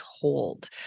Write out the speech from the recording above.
told